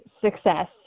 success